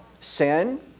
sin